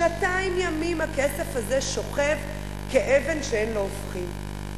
שנתיים ימים הכסף הזה שוכב כאבן שאין לה הופכין,